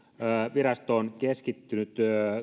virasto on keskittynyt